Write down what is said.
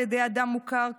על ידי אדם מוכר,